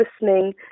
listening